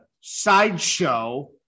sideshow